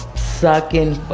fucking,